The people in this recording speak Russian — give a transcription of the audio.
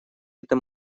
этом